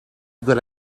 good